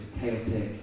chaotic